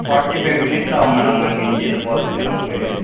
forty five minutes ஆவும் madam நாங்கள் இங்கேருந்து போகறத்துக்கு நமக்கு